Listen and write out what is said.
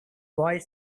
boy